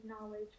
knowledge